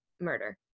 murder